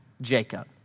Jacob